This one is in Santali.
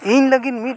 ᱤᱧ ᱞᱟᱹᱜᱤᱫ ᱢᱤᱫ